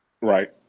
right